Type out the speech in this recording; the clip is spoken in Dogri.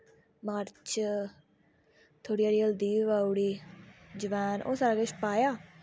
मर्च थोड़ी हारी हल्दी बी पाउड़ी जवैन ओह् सारा किश पाया